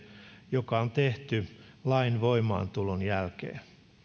joka on tehty lain voimaantulon jälkeen